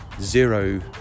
zero